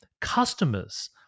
customers